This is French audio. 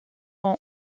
dans